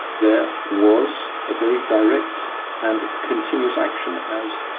there was a very direct and continuous action as.